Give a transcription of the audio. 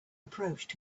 approached